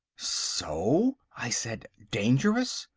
so! i said. dangerous!